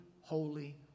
holy